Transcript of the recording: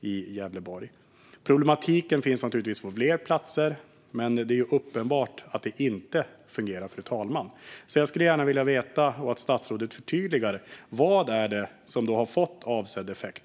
i Gävleborg upplever. Problematiken finns naturligtvis på fler platser, men det är uppenbart att det inte fungerar. Fru talman! Jag skulle gärna vilja veta, och att statsrådet förtydligar, vad det är som har fått avsedd effekt.